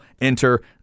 enter